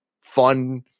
fun